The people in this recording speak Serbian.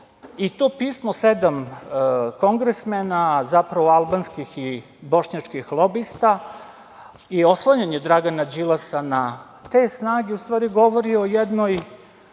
pismo sedam kongresmena, zapravo albanskih i bošnjačkih lobista i oslanjanje Dragana Đilasa na te snage u stvari govori o jednoj